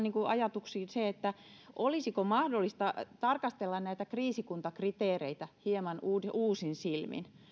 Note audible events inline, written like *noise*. *unintelligible* niin kuin ajatuksiin se että olisiko mahdollista tarkastella näitä kriisikuntakriteereitä hieman uusin silmin